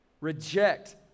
reject